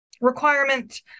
requirement